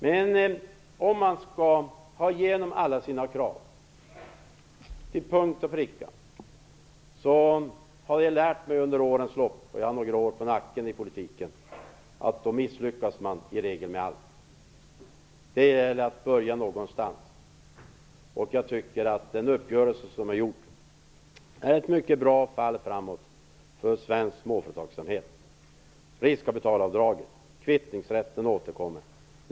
Men om man skall ha igenom alla sina krav till punkt och pricka så misslyckas man i regel med allt. Det har jag lärt mig under årens lopp, och jag har några år på nacken i politiken. Det gäller att börja någonstans, och jag tycker att den här uppgörelsen är ett mycket bra fall framåt för svensk småföretagsamhet. Vi har riskkapitalavdraget, och kvittningsrätten återkommer.